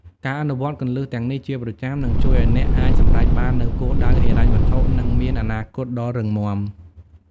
ការអនុវត្តន៍គន្លឹះទាំងនេះជាប្រចាំ នឹងជួយឱ្យអ្នកអាចសម្រេចបាននូវគោលដៅហិរញ្ញវត្ថុ និងមានអនាគតដ៏រឹងមាំ។